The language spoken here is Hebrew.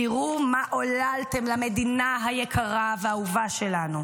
תראו מה עוללתם למדינה היקרה והאהובה שלנו.